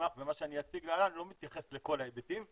המסמך ומה שאני אציג להלן לא מתייחס לכל ההיבטים.